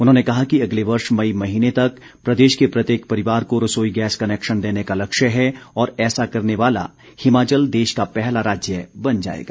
उन्होंने कहा कि अगले वर्ष मई महीने तक प्रदेश के प्रत्येक परिवार को रसोई गैस कनैक्शन देने का लक्ष्य है और ऐसा करने वाला हिमाचल देश का पहला राज्य बन जाएगा